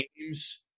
games